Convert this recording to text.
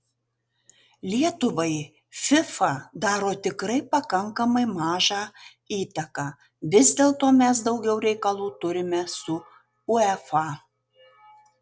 lietuvai fifa daro tikrai pakankamai mažą įtaką vis dėlto mes daugiau reikalų turime su uefa